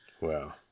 Wow